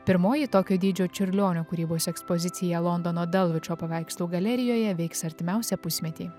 pirmoji tokio dydžio čiurlionio kūrybos ekspozicija londono dalvičio paveikslų galerijoje veiks artimiausią pusmetį